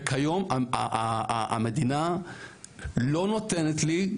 וכיום המדינה לא נותנת לי,